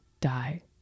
die